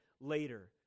later